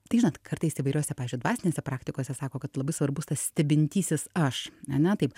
tai žinot kartais įvairiose pavyzdžiui dvasinėse praktikose sako kad labai svarbus tas stebintysis aš ane tai